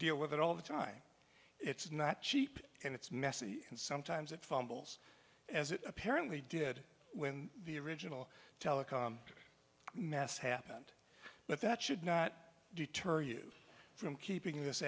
deal with it all the time it's not cheap and it's messy and sometimes it fumbles as it apparently did when the original telecom mess happened but that should not deter you from keeping th